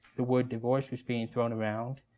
the word divorce was being thrown around,